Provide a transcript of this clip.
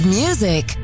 music